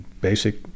basic